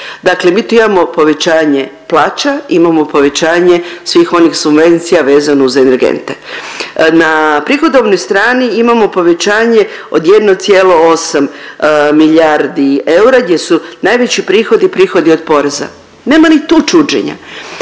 Dakle, mi tu imamo povećanje plaća, imamo povećanje svih onih subvencija vezano uz energente. Na prihodovnoj strani imamo povećanje od 1,8 milijardi eura gdje su najveći prihodi, prihodi od poreza, nema ni tu čuđenja.